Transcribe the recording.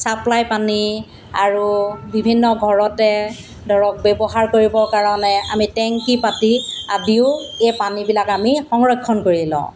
supply পানী আৰু বিভিন্ন ঘৰতে ধৰক ব্যৱহাৰ কৰিবৰ কাৰণে আমি টেংকী পাতি আদিও এই পানীবিলাক আমি সংৰক্ষণ কৰি লওঁ